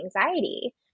anxiety